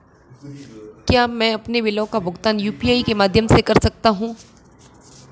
क्या मैं अपने बिलों का भुगतान यू.पी.आई के माध्यम से कर सकता हूँ?